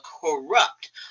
corrupt